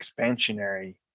expansionary